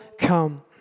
come